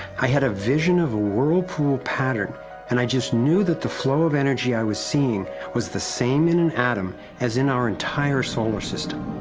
i had a vision of a whirlpool pattern and i just knew that the flow of energy i was seeing was the same in an atom as in our entire solar system.